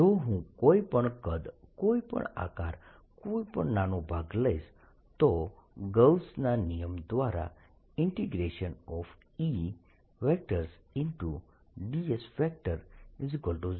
જો હું કોઈ પણ કદ કોઈ પણ આકાર કોઈ પણ નાનો ભાગ લઈશ તો ગૌસના નિયમ Gauss's law દ્વારા E